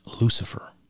Lucifer